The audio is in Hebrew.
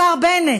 השר בנט,